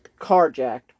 carjacked